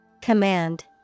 Command